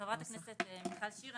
חה"כ מיכל שיר,